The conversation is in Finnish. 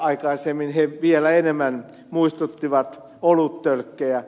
aikaisemmin he vielä enemmän muistuttivat oluttölkkejä